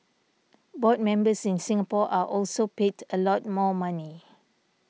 board members in Singapore are also paid a lot more money